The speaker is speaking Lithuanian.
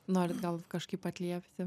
norit gal kažkaip atliepti